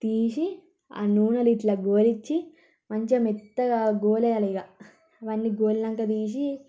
తీసి ఆ నూనెలో ఇట్లా గోలించి మంచిగా మెత్తగా గోలయ్యాలిగా అవన్నీ గోలినాక తీసి